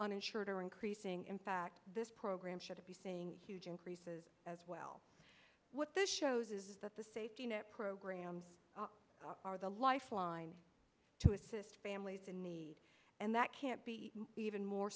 uninsured are increasing in fact this program should be seeing huge increases as well what this shows is that the safety net programs are the lifeline to assist families in need and that can't be even more